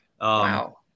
Wow